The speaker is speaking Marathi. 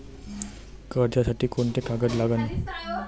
कर्जसाठी कोंते कागद लागन?